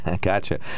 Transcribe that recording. Gotcha